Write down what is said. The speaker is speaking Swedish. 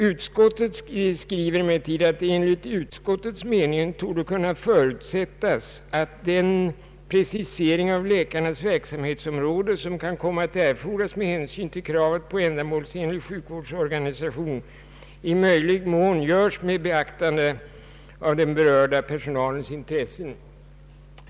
Utskottet skriver att det enligt utskottets mening torde kunna förutsättas att den precisering av läkarnas verksamhetsområde, som kan komma att erfordras med hänsyn till kravet på ändamålsenlig sjukvårdsorganisation, i möjligaste mån görs med beaktande av den berörda personalens intressen.